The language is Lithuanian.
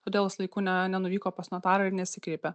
todėl jis laiku ne nenuvyko pas notarą ir nesikreipė